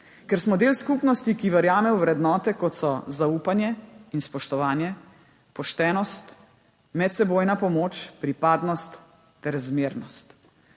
ker smo del skupnosti, ki verjame v vrednote kot so zaupanje in spoštovanje, poštenost, medsebojna pomoč, pripadnost ter zmernost.